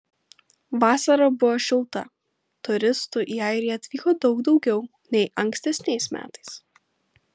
vasara buvo šilta turistų į airiją atvyko daug daugiau nei ankstesniais metais